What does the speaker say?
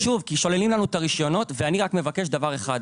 זה חשוב כי שוללים לנו את הרישיונות ואני רק מבקש דבר אחד.